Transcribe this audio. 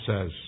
says